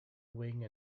wing